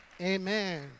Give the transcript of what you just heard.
Amen